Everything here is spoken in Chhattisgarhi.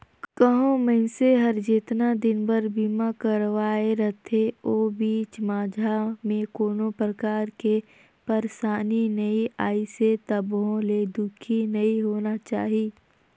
कहो मइनसे हर जेतना दिन बर बीमा करवाये रथे ओ बीच माझा मे कोनो परकार के परसानी नइ आइसे तभो ले दुखी नइ होना चाही